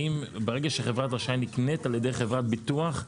ברגע שחברת אשראי נקנית על ידי חברת ביטוח,